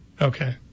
Okay